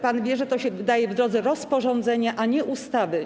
Pan wie, że to się przygotowuje w drodze rozporządzenia, a nie ustawy.